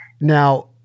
Now